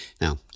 Now